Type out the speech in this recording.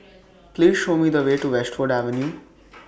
Please Show Me The Way to Westwood Avenue